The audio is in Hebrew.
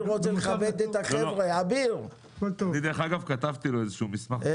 דרך אגב, כתבתי לו מסמך.